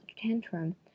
tantrum